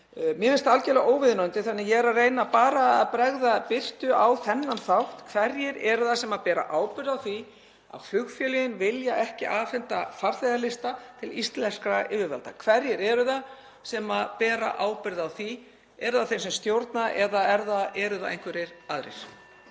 Mér finnst það algerlega óviðunandi þannig að ég er bara að reyna að bregða birtu á þennan þátt: Hverjir eru það sem bera ábyrgð á því að flugfélögin vilja ekki afhenda farþegalista til íslenskra yfirvalda? Hverjir eru það sem bera ábyrgð á því? Eru það þeir sem stjórna eða eru það einhverjir aðrir?